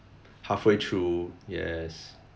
half way through yes